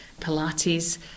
Pilates